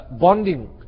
bonding